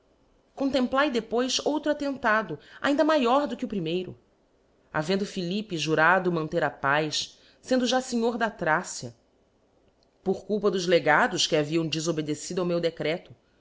contemplae depois outro attentado ainda naior do que o primeiro havendo philippe jurjado man er a paz fendo já fenhor da thracia por culpa dos egados que haviam defobedecido ao meu decreto